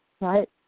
Right